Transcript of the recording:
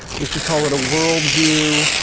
we can call it a worldview,